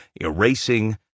erasing